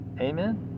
Amen